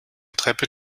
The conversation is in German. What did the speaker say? treppe